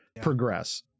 progress